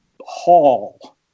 hall